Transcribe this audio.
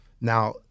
Now